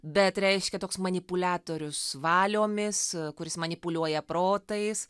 bet reiškia toks manipuliatorius valiomis kuris manipuliuoja protais